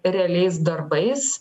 realiais darbais